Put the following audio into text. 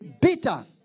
Bitter